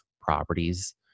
properties